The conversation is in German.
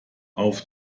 auf